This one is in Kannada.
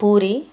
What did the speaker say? ಪೂರಿ